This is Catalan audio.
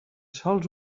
sols